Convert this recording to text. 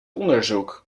onderzoek